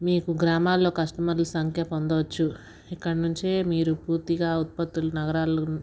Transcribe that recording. మీకు గ్రామాల్లో కస్ట్మర్ల సంఖ్య పొందవచ్చు ఇక్కడ్నుంచే మీరు పూర్తిగా ఉత్పత్తులను నగరాలు